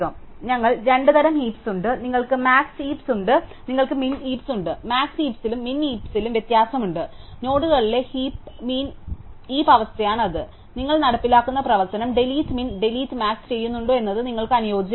അതിനാൽ ഞങ്ങൾക്ക് രണ്ട് തരം ഹീപ്സ് ഉണ്ട് നിങ്ങൾക്ക് മാക്സ് ഹീപ്സ് ഉണ്ട് നിങ്ങൾക്ക് മിൻ ഹീപ്സ് ഉണ്ട് മാക്സ് ഹീപ്സിലും മിൻ ഹീപ്സിലും വ്യത്യാസമുണ്ട് നോഡുകളിലെ ഹീപ് അവസ്ഥയാണ് അത് നിങ്ങൾ നടപ്പിലാക്കുന്ന പ്രവർത്തനം ഡിലീറ്റ് മിൻ ഡിലീറ്റ് മാക്സ് ചെയ്യുന്നുണ്ടോ എന്നത് നിങ്ങൾക്ക് അനുയോജ്യമാണ്